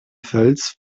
fels